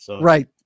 Right